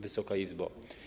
Wysoka Izbo!